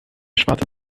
schwarze